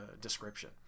description